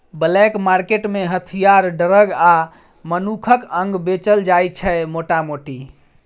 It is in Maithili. ब्लैक मार्केट मे हथियार, ड्रग आ मनुखक अंग बेचल जाइ छै मोटा मोटी